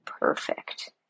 perfect